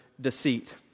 deceit